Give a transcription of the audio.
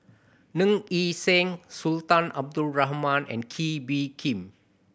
Ng Yi Sheng Sultan Abdul Rahman and Kee Bee Khim